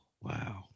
Wow